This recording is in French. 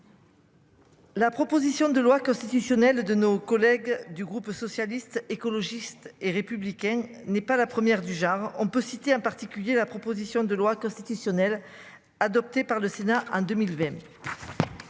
La proposition de loi constitutionnelle de nos collègues du groupe socialiste, écologiste et républicain n'est pas la première du genre, on peut citer en particulier la proposition de loi constitutionnelle adoptée par le Sénat en 2020.